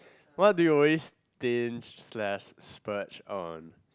what do you always thin slash splurge on